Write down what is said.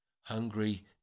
Hungry